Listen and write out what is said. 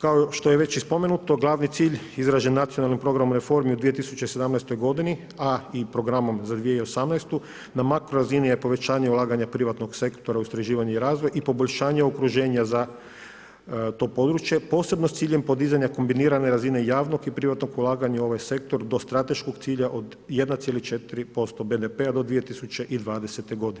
Kao što je već i spomenuto, glavni cilj izražen nacionalnim programom reformi u 2017. g. a i programom za 2018., na makro razini je povećanje ulaganja privatnog sektora u istraživanje i razvoj i poboljšanje okruženja za to područje posebno s ciljem podizanja kombinirane razine javnog i privatnog ulaganja u ovaj sektor do strateškog cilja od 1,4% BDP-a do 2020. g.